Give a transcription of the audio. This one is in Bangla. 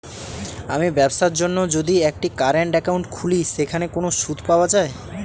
আমি ব্যবসার জন্য যদি একটি কারেন্ট একাউন্ট খুলি সেখানে কোনো সুদ পাওয়া যায়?